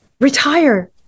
retire